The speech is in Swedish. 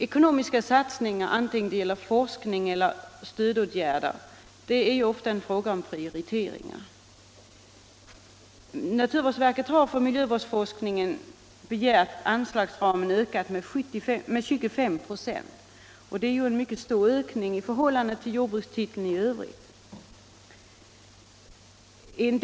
Ekonomiska satsningar, vare sig de gäller forskning eller stödåtgärder, är ofta en fråga om prioriteringar. Naturvårdsverket har för miljövårdsforskning begärt att anslagsramen ökas med 25 96 , och det är ju en mycket stor ökning i förhållande till huvudtiteln i övrigt.